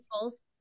false